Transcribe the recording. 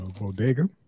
Bodega